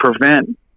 prevent